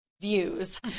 views